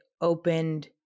opened